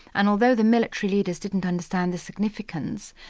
and although the military leaders didn't understand the significance,